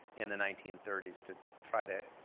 in the nineteen thirty s to try to,